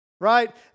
right